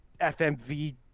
FMV